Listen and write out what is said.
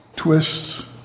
twists